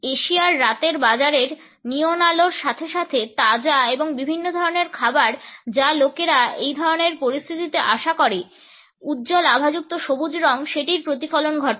এশিয়ার রাতের বাজারের নিয়ন আলোর সাথে সাথে তাজা এবং বিভিন্ন ধরনের খাবার যা লোকেরা এই ধরনের পরিস্থিতিতে আশা করে উজ্বল আভাযুক্ত সবুজ রঙ সেটির প্রতিফলন ঘটায়